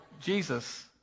Jesus